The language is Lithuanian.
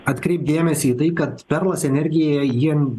atkreipt dėmesį į tai kad perlas energija jiem